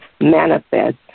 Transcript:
Manifest